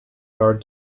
card